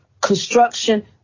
construction